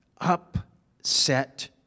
upset